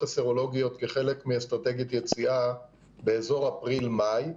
הסרולוגיות כחלק מאסטרטגיית יציאה באזור אפריל-מאי.